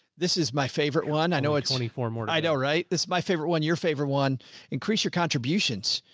this is my favorite one. i know it's only four more. i know, right? this is my favorite one. your favorite one increase your contributions.